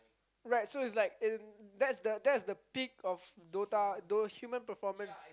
right so it's like in that's the that's the peak of Dota those human performance